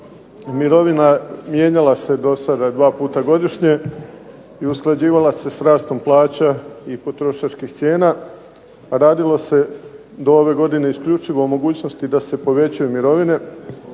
mirovina mijenjala se do sada dva puta godišnje i usklađivala se s rastom plaća i potrošačkih cijena. Radilo se do ove godine isključivo o mogućnosti da se povećaju mirovine.